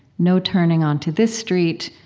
no turning onto this street,